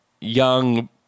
young